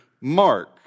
Mark